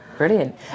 brilliant